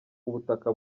ubutaka